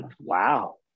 wow